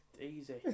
Easy